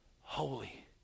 holy